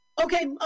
okay